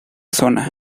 zona